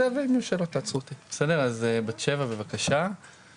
כולנו שומעים בתקשורת פרסומים,